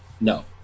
No